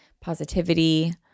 positivity